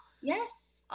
Yes